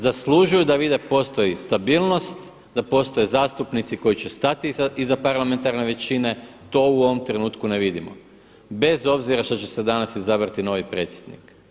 Zaslužuju da vide da postoji stabilnost, da postoje zastupnici koji će stati iz parlamentarne većine, to u ovom trenutku ne vidimo bez obzira što će se danas izabrati novi predsjednik.